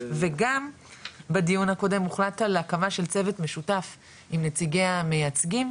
וגם בדיון הקודם הוחלט על הקמה של צוות משותף עם נציגי המייצגים,